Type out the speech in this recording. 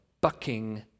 bucking